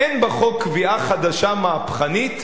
אין בחוק קביעה חדשה, מהפכנית,